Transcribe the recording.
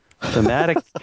thematic